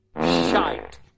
Shite